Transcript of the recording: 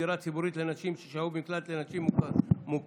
זכות למגורים בדירה ציבורית לנשים ששהו במקלט לנשים מוכות),